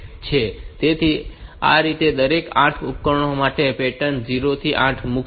તેથી આ રીતે દરેક 8 ઉપકરણો માટે તે પેટર્ન 0 થી 8 મૂકશે